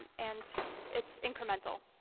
and it's incremental.